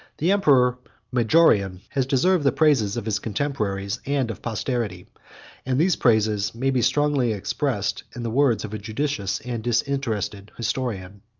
the emperor majorian has deserved the praises of his contemporaries, and of posterity and these praises may be strongly expressed in the words of a judicious and disinterested historian